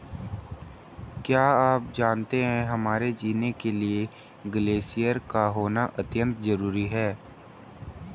क्या आप जानते है हमारे जीने के लिए ग्लेश्यिर का होना अत्यंत ज़रूरी है?